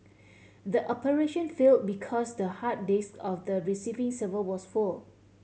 the operation fail because the hard disk of the receiving server was full